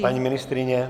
Paní ministryně?